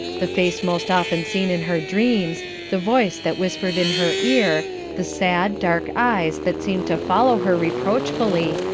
the face most often seen in her dreams the voice that whispered in her ear the sad dark eyes that seemed to follow her reproachfully,